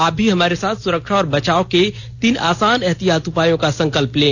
आप भी हमारे साथ सुरक्षा और बचाव के तीन आसान एहतियाती उपायों का संकल्प लें